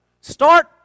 start